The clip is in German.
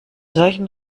solchen